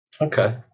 Okay